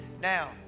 Now